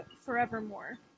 forevermore